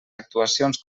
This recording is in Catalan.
actuacions